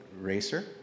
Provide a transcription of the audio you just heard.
racer